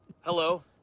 Hello